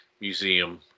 museum